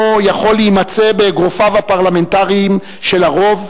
יכול להימצא באגרופיו הפרלמנטריים של הרוב,